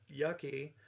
yucky